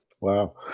Wow